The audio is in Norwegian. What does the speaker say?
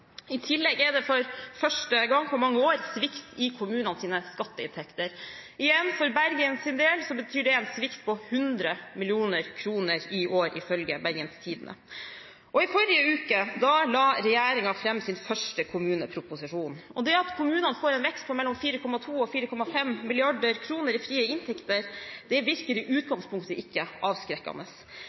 I tillegg er det for første gang på mange år svikt i kommunenes skatteinntekter. Igjen: For Bergens del betyr det en svikt på 100 mill. kr i år, ifølge Bergens Tidende. I forrige uke la regjeringen fram sin første kommuneproposisjon. Det at kommunene får en vekst på mellom 4,2 mrd. kr og 4,5 mrd. kr i frie inntekter, virker i utgangspunktet ikke avskrekkende.